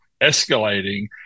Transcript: escalating